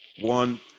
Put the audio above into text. one